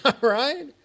Right